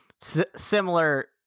similar